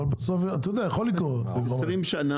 אבל בסוף יכול לקרות, אתה יודע.